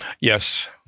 Yes